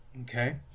Okay